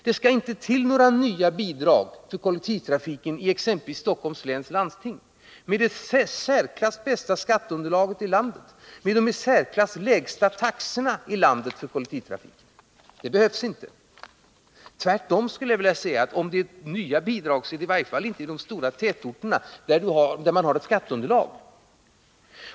Det skall inte till några nya bidrag till exempelvis Stockholms läns landsting när det gäller kollektivtrafiken, Stockholms län med det i särklass bästa skattunderlaget i landet och med de i särklass lägsta taxorna i landet i fråga om kollektivtrafik. Det behövs alltså inte. Jag skulle vilja säga att om det behövs nya bidrag gäller det i varje fall inte de stora tätorterna, där man har ett bra skatteunderlag.